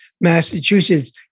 Massachusetts